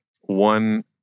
One